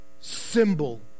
symbol